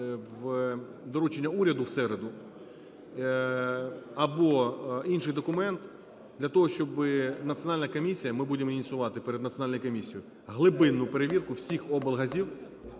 – доручення уряду в середу, або інший документ, для того щоб національна комісія, ми будемо ініціювати перед національною комісією глибинну перевірку всіх облгазів